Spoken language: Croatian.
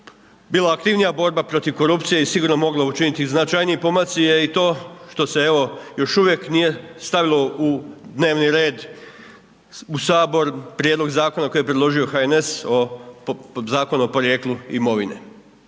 bila aktivnija borba protiv korupcije i sigurno mogla učiniti značajniji pomaci jer i to što se evo još uvijek nije stavilo u dnevni red u Sabor prijedlog zakona koji je predložio HNS o Zakonu o porijeklu imovine.